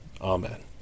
Amen